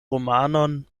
romanon